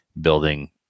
building